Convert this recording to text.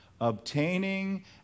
obtaining